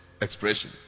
expression